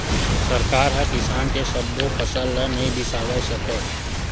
सरकार ह किसान के सब्बो फसल ल नइ बिसावय सकय